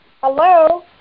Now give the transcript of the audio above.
Hello